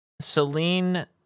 Celine